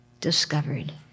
discovered